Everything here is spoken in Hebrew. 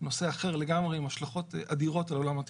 זה נושא אחר לגמרי עם השלכות אדירות על עולם התכנון.